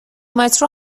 مترو